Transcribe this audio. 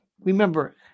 remember